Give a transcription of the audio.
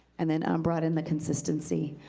and then um broaden the consistency,